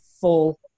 full